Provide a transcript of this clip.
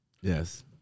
Yes